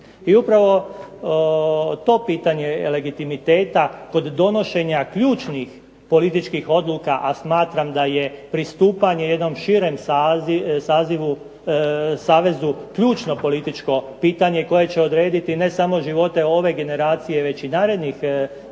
I upravo to pitanje legitimiteta kod donošenja ključnih političkih odluka, a smatram da je to pristupanje jednom širem savezu ključno političko pitanje koje će odrediti ne samo živote ove generacije već i narednih